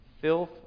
filth